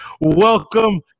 Welcome